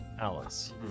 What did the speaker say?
Alice